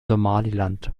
somaliland